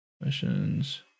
missions